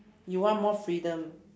you want more freedom